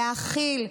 להאכיל,